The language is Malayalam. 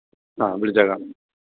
ആ വിളിച്ചേക്കാം